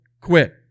quit